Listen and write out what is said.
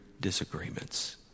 disagreements